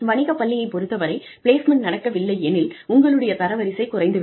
வணிகப் பள்ளியைப் பொறுத்தவரை பிளேஸ்மெண்ட் நடக்கவில்லை எனில் உங்களுடைய தரவரிசை குறைந்து விடும்